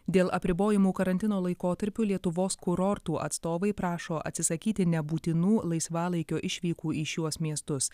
dėl apribojimų karantino laikotarpiu lietuvos kurortų atstovai prašo atsisakyti nebūtinų laisvalaikio išvykų į šiuos miestus